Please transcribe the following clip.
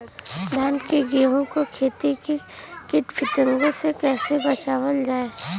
धान गेहूँक खेती के कीट पतंगों से कइसे बचावल जाए?